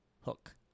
Hook